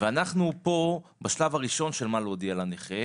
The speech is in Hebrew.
אנחנו פה בשלב הראשון של מה להודיע לנכה,